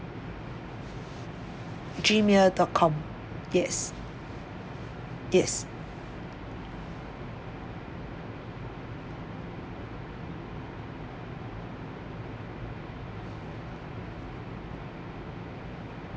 Gmail dot com yes yes